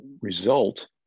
result